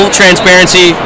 transparency